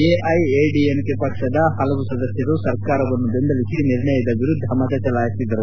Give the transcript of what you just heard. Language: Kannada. ಎಐಎಡಿಎಂಕೆ ಪಕ್ಷದ ಹಲವು ಸದಸ್ಕರು ಸರ್ಕಾರವನ್ನು ಬೆಂಬಲಿಸಿ ನಿರ್ಣಯದ ವಿರುದ್ಧ ಮತ ಚಲಾಯಿಸಿದರು